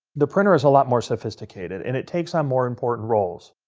the printer is a lot more sophisticated, and it takes on more important roles.